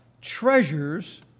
treasures